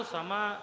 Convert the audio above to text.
Sama